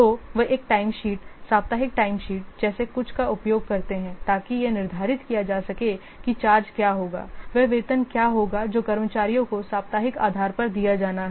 तो वे एक टाइमशीट साप्ताहिक टाइमशीट जैसे कुछ का उपयोग करते हैं ताकि यह निर्धारित किया जा सके कि चार्ज क्या होगावह वेतन क्या होगा जो कर्मचारियों को साप्ताहिक आधार पर दिया जाना है